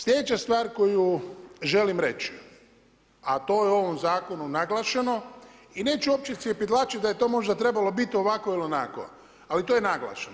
Sljedeća stvar koju želim reći, a to je u ovom zakonu naglašeno i neću uopće cjepidlačiti da je to možda trebalo biti ovako ili onako, ali to je naglašeno.